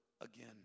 again